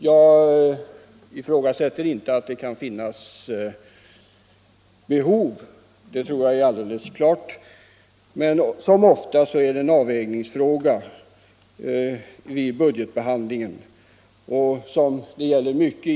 Jag ifrågasätter inte att det finns behov — det anser jag vara alldeles klart — men som så ofta vid budgetbehandlingen har vi här att göra med en avvägning.